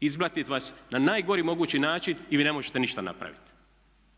izblatit vas na najgori mogući način i vi ne možete ništa napraviti.